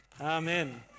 Amen